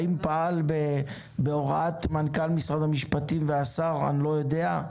האם פעל בהוראת מנכ"ל משרד המשפטים והשר אני לא יודע,